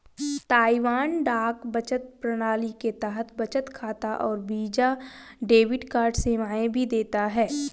Taiwan डाक बचत प्रणाली के तहत बचत खाता और वीजा डेबिट कार्ड सेवाएं भी देता है